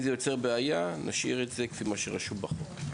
זה יותר בעיה נשאיר את זה כפי מה שרשום בחוק.